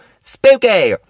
spooky